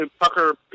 pucker